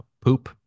Poop